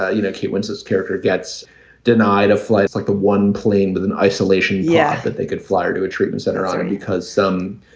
ah you know, cute windsor's character gets denied a flight like a one plane with an isolation. yes. that they could fly to a treatment center because some,